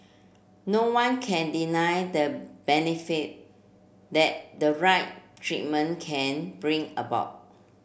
no one can deny the benefit that the right treatment can bring about